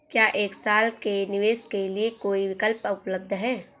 क्या एक साल के निवेश के लिए कोई विकल्प उपलब्ध है?